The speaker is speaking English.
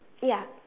ya